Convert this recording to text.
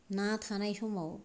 ना थानाय समाव